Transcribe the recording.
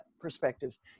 perspectives